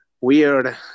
weird